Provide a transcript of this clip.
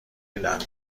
میدن